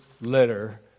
letter